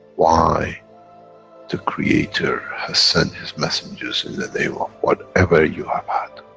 why the creator has sent his messengers in the name of whatever you have had.